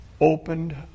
opened